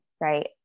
Right